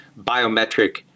biometric